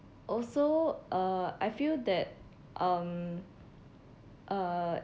also uh I feel that um uh